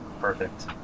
Perfect